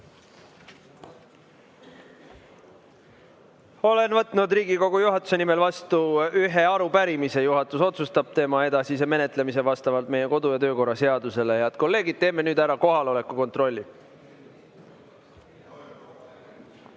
Olen võtnud Riigikogu juhatuse nimel vastu ühe arupärimise. Juhatus otsustab selle edasise menetlemise vastavalt meie kodu‑ ja töökorra seadusele. Head kolleegid, teeme nüüd ära kohaloleku kontrolli.